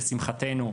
לשמחתנו,